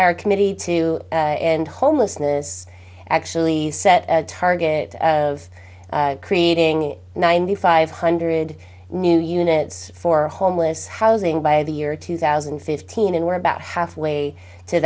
our committee to end homelessness actually set a target of creating ninety five hundred new units for homeless housing by the year two thousand and fifteen and we're about half way to